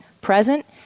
present